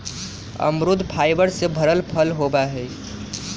अमरुद फाइबर से भरल फल होबा हई